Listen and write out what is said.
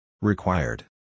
Required